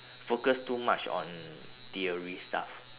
focus too much on theory stuff